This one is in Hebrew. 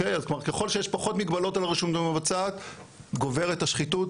פחות שיש מגבלות על הרשות המבצעת גוברת השחיתות,